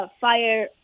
fire